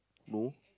no